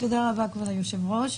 תודה רבה, כבוד היושב-ראש.